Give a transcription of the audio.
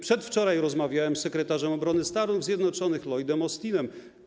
Przedwczoraj rozmawiałem z sekretarzem obrony Stanów Zjednoczonych Lloydem Austinem.